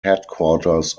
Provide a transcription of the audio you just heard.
headquarters